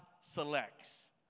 selects